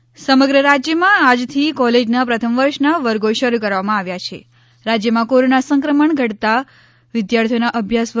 college શરૂ સમગ્ર રાજ્યમાં આજથી કોલેજના પ્રથમ વર્ષના વર્ગો શરૂ કરવામાં આવ્યા છે રાજ્યમાં કોરોના સંક્રમણ ઘટતાં વિદ્યાર્થીઓનો અભ્યાસ વધુ ન તા